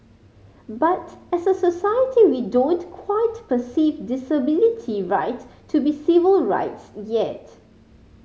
but as a society we don't quite perceive disability right to be civil rights yet